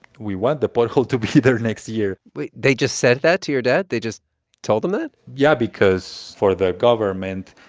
we want the pothole to be there next year they just said that to your dad? they just told him that? yeah, because for the government,